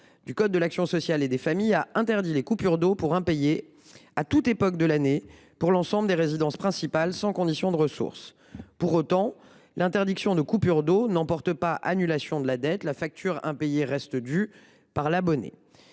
du code de l’action sociale et des familles, a interdit les coupures d’eau pour impayés à toute époque de l’année pour l’ensemble des résidences principales, sans condition de ressources. Pour autant, l’interdiction des coupures d’eau n’emporte pas annulation de la dette. La facture impayée reste due par l’abonné.